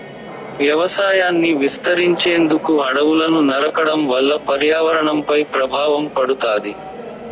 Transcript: వ్యవసాయాన్ని విస్తరించేందుకు అడవులను నరకడం వల్ల పర్యావరణంపై ప్రభావం పడుతాది